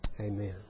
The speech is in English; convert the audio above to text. Amen